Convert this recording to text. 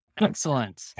Excellent